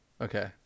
Okay